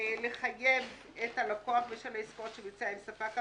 לחייב את הלקוח בשל העסקאות שביצע עם ספק כאמור,